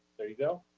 there you go.